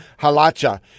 halacha